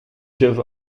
sibh